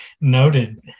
Noted